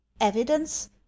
evidence